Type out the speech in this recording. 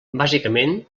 bàsicament